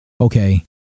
okay